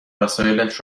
وسایلش